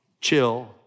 Chill